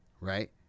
Right